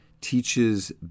teaches